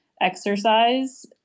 exercise